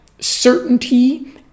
certainty